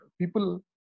people